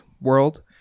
world